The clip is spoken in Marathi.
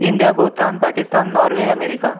India Bhutan Pakistan Norway America